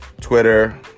Twitter